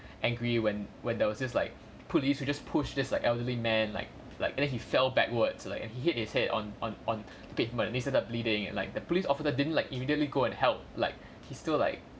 angry when when there was just like police who just pushed there's like elderly man like like and then he fell backwards and he hit his head on on on the pavement and they started bleeding and like the police officer didn't like immediately go and help like he's still like